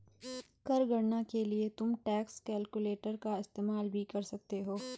कर गणना के लिए तुम टैक्स कैलकुलेटर का इस्तेमाल भी कर सकते हो